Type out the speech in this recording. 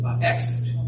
exit